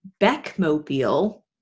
Beckmobile